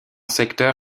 secteur